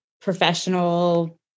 professional